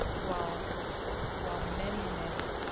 while while many, many